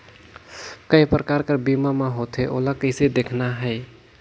काय प्रकार कर बीमा मा होथे? ओला कइसे देखना है?